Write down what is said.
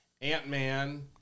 Ant-Man